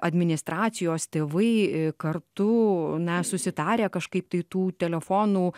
administracijos tėvai kartu na susitarę kažkaip tai tų telefonų